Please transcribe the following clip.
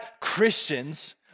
Christians